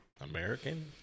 American